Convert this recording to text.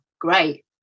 great